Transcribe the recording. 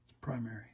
primary